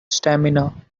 stamina